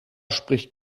spricht